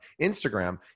Instagram